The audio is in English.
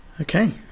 okay